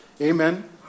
Amen